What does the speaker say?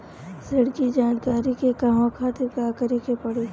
ऋण की जानकारी के कहवा खातिर का करे के पड़ी?